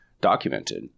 documented